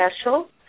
special